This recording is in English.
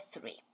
three